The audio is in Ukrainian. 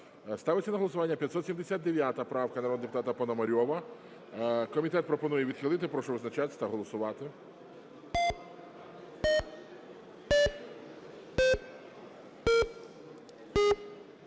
Ставиться на голосування 579 правка народного депутата Пономарьова. Комітет пропонує відхилити. Прошу визначатися та голосувати.